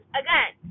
again